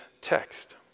text